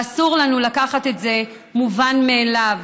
ואסור לנו לקחת את זה כמובן מאליו,